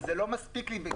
אבל זה לא מספיק לי.